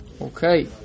Okay